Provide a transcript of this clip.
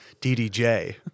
DDJ